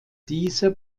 dieser